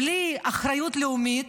בלי אחריות לאומית.